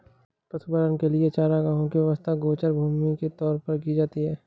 पशुपालन के लिए चारागाहों की व्यवस्था गोचर भूमि के तौर पर की जाती है